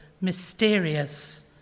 mysterious